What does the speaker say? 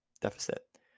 deficit